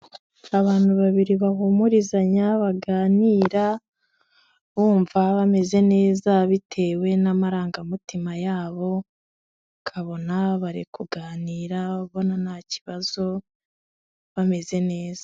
Abantu babiri bahumurizanya, baganira bumva bameze neza bitewe n'amarangamutima yabo, akabona bari kuganira, ubona nta kibazo, bameze neza.